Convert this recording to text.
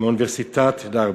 מאוניברסיטת דרבי,